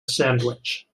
sandwich